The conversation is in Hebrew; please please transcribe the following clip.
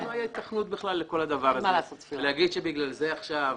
שבעצם כל הדברים נעשו לפי החוק,